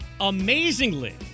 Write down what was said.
Amazingly